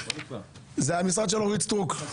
זה המשרד של אורית סטרוק.